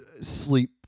sleep